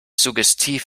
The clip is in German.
suggestiv